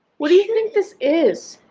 what do you think this is?